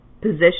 position